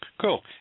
Cool